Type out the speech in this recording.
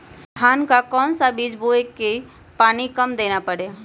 धान का कौन सा बीज बोय की पानी कम देना परे?